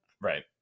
Right